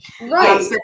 Right